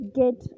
get